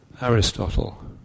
Aristotle